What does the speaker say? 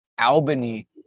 Albany